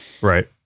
Right